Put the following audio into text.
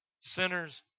sinners